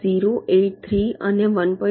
083 અને 1